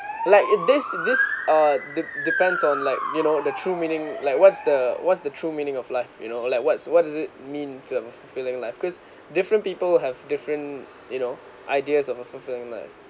like it this this uh de~ depends on like you know the true meaning like what's the what's the true meaning of life you know like what's what does it mean to have a fulfilling life because different people have different you know ideas of a fulfilling life